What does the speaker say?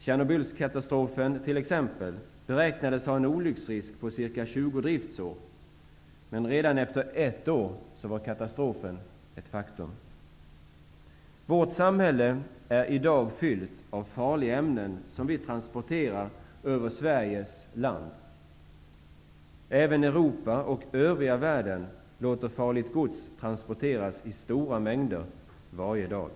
Tjernobyls kärnkraftsreaktor beräknades ha en olycksrisk på ca 20 driftsår, men redan efter ett år var katastrofen ett faktum. Vårt samhälle är i dag fyllt av farliga ämnen, som vi transporterar över Sveriges land. Även Europa och övriga världen låter farligt gods transporteras i stora mängder varje dag.